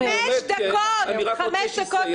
חמש דקות עברו.